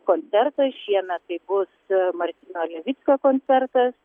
koncertas šiemet tai bus martyno levickio koncertas